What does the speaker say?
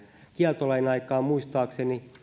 kieltolain aikaan muistaakseni